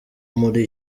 muri